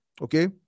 okay